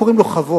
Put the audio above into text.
קוראים לו "חוות".